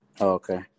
Okay